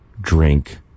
drink